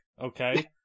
Okay